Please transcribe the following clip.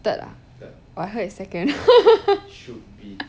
third lah I heard it's second